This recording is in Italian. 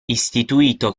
istituito